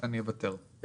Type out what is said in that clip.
אני אוותר.